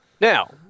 Now